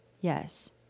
Yes